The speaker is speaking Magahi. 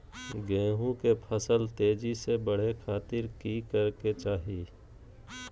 गेहूं के फसल तेजी से बढ़े खातिर की करके चाहि?